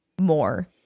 more